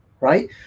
right